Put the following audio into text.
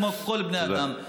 כמו כל בני האדם,